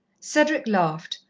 cedric laughed,